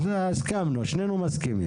על זה שנינו מסכימים.